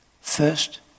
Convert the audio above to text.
First